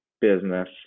business